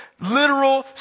Literal